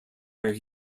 where